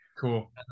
Cool